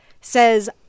says